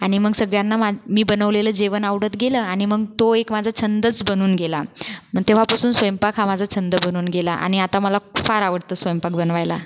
आणि मग सगळ्यांना मा मी बनवलेलं जेवण आवडत गेलं आनि मग तो एक माझा छंदच बनून गेला मग तेव्हापासून स्वयंपाक हा माझा छंद बनून गेला आणि आता मला फार आवडतं स्वयंपाक बनवायला